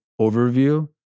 overview